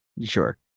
sure